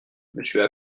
monsieur